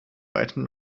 weitem